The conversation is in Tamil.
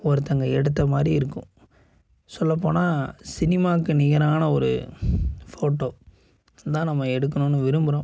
ஒருத்தவங்க எடுத்த மாதிரி இருக்கும் சொல்லப்போனால் சினிமாவுக்கு நிகரான ஒரு ஃபோட்டோ தான் நம்ம எடுக்கணும்னு விரும்புகிறோம்